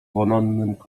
wonnym